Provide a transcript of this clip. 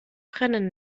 brennen